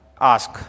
Ask